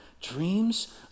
Dreams